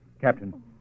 Captain